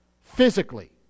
physically